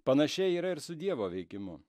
panašiai yra ir su dievo veikimu